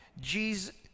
Jesus